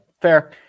fair